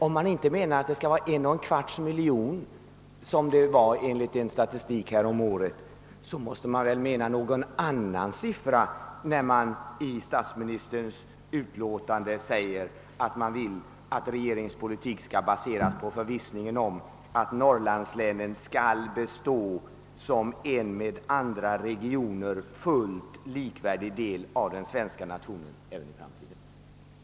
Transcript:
Om man inte menar att det skall finnas en och en kvarts miljon invånare i området, såsom var fallet för något år sedan enligt en statistisk uppgift, måste det väl vara någon annan siffra som avsågs i statsministerns interpellationssvar i går. Det hette där att regeringens politik skall baseras på förvissningen om att norrlandslänen skall bestå som en med andra regioner fullt likvärdig del av den svenska nationen även i framtiden.